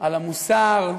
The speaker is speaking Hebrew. על המוסר,